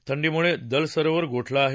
थंडीमुळे दल सरोवर गोठलं आहे